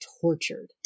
tortured